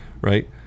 right